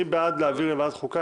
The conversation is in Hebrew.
מי בעד להעביר לוועדת חוקה?